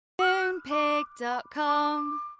Moonpig.com